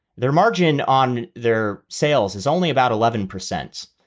their margin on their sales is only about eleven percent.